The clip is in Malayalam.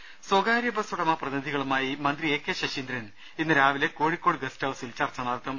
ദർദ സ്വകാര്യ ബസ് ഉടമ പ്രതിനിധികളുമായി മന്ത്രി എ കെ ശശീന്ദ്രൻ ഇന്ന് രാവിലെ കോഴിക്കോട് ഗസ്റ്റ്ഹൌസിൽ ചർച്ച നടത്തും